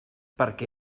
perquè